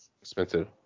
expensive